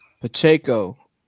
Pacheco